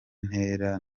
ntera